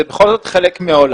זה בכל זאת חלק מהעולם.